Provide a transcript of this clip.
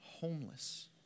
homeless